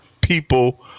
people